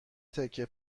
تکه